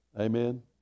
Amen